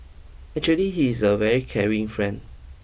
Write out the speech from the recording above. actually he is a very caring friend